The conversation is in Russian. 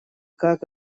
как